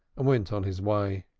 and went on his way.